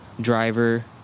driver